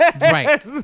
Right